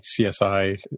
CSI